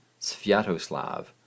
Sviatoslav